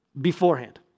beforehand